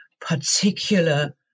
particular